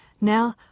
Now